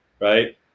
right